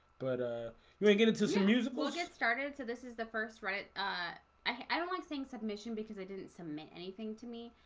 but ah we we get into some usable just started. so this is the first right ah i don't like saying submission because i didn't submit anything to me.